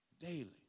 daily